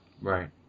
Right